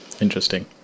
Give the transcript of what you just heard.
Interesting